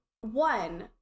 one